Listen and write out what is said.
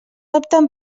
opten